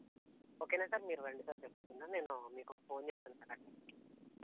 ఓకేనా సార్ మీరు రండి సార్ రేపు పొద్దున నేను మీకు ఫోన్ చేస్తాను సార్ అడ్రసుకి